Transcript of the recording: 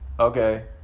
Okay